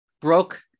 broke